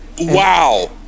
Wow